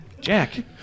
Jack